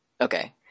Okay